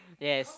yes